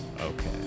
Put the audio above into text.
Okay